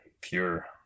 pure